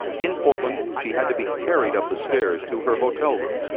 in portland she had to be carried up the stairs to her hotel room.